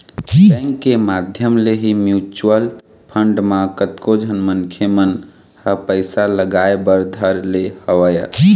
bank के माधियम ले ही म्यूचुवल फंड म कतको झन मनखे मन ह पइसा लगाय बर धर ले हवय